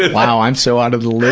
wow, i'm so out of the loop.